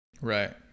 Right